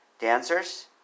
dancers